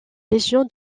légion